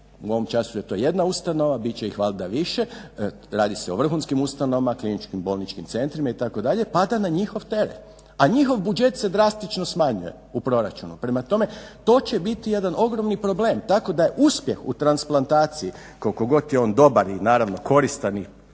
u ovom času je to jedna ustanova, bit će ih valjda više, radi se o vrhunskim ustanovama, kliničkim bolničkim centrima itd. pada na njihov teret, a njihov budžet se drastično smanjuje u Proračunu. Prema tome to će biti jedan ogromni problem, tako da je uspjeh u transplantaciji koliko god je on dobar i naravno koristan